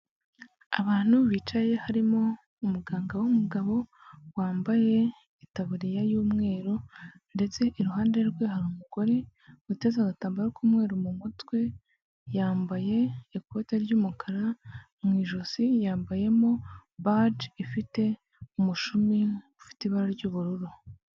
Abantu bicaye harimo umuganga w'umugabo wambaye itaburiya y'umweru ndetse iruhande rwe hari umugore uteze agatambaro k'umweru mu mutwe, yambaye ikote ry'umukara mu ijosi yambayemo bajI ifite umushumi ufite ibara ry'ubururu.